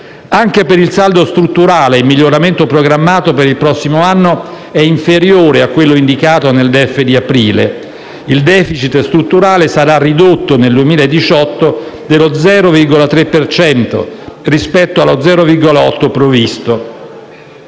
Anche per il saldo strutturale il miglioramento programmato per il prossimo anno è inferiore a quello indicato nel DEF di aprile. Il *deficit* strutturale sarà ridotto nel 2018 dello 0,3 per cento rispetto allo 0,8 per cento